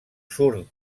surt